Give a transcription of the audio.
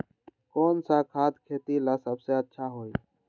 कौन सा खाद खेती ला सबसे अच्छा होई?